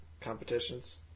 competitions